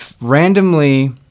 randomly